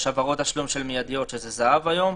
יש העברות תשלום מידיות, שזה זה"ב היום.